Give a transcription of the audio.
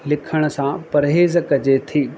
लिखण सां परहेज कजे थी